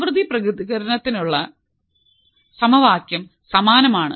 ആവൃത്തി പ്രതികരണത്തിനുള്ള സമവാക്യം സമാനമാണ്